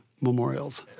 memorials